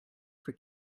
for